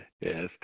Yes